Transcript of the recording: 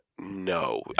No